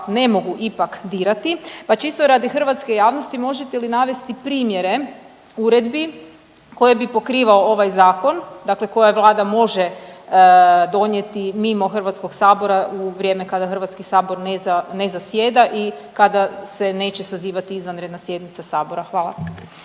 ne mogu ipak dirati, pa čisto radi hrvatske javnosti možete li navesti primjere uredbi koje bi pokrivao ovaj zakon, dakle koje vlada može donijeti mimo HS-a u vrijeme kada HS ne zasjeda i kada se neće sazivati izvanredna sjednica Sabora? Hvala.